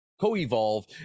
co-evolve